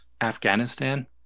Afghanistan